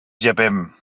llepem